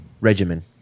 Regimen